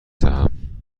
دهم